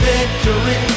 Victory